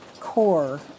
core